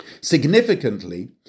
Significantly